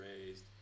raised